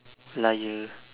liar